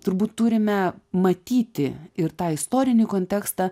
turbūt turime matyti ir tą istorinį kontekstą